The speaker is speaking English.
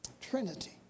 Trinity